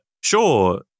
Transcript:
sure